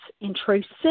intrusive